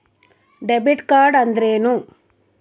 Debit card ಅಂದ್ರೇನು?